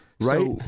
Right